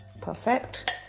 perfect